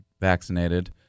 vaccinated